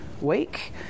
week